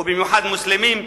או במיוחד מוסלמים,